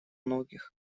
многих